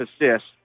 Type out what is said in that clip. assists